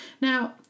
now